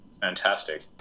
fantastic